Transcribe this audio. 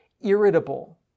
irritable